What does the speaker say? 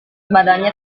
badannya